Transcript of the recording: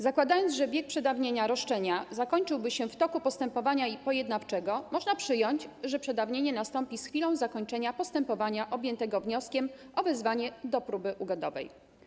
Zakładając, że bieg przedawnienia roszczenia zakończyłby się w czasie postępowania pojednawczego będącego w toku, można przyjąć, że przedawnienie nastąpi z chwilą zakończenia postępowania objętego wnioskiem o wezwanie do próby ugodowej.